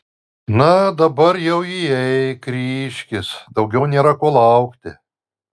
na dabar jau įeik ryžkis daugiau nėra ko laukti